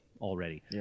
already